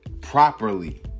properly